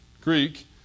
Greek